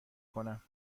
کنم